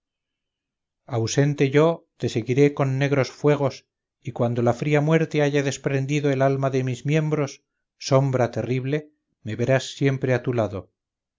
ausente yo te seguiré con negros fuegos y cuando la fría muerte haya desprendido el alma de mis miembros sombra terrible me verás siempre a tu lado